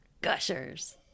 Gushers